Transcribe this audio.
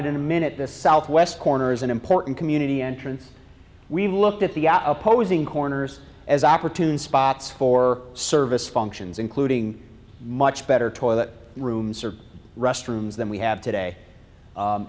it in a minute the southwest corner is an important community entrance we've looked at the opposing corners as opportune spots for service functions including much better toilet rooms or restrooms than we have today